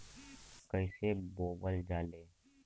कईसे बोवल जाले?